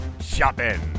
shopping